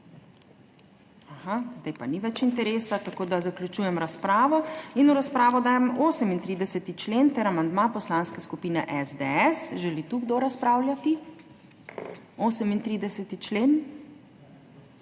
Zdaj pa ni več interesa, tako da zaključujem razpravo. V razpravo dajem 38. člen ter amandma Poslanske skupine SDS. Želi tu kdo razpravljati, 38. člen?